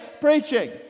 preaching